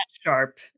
sharp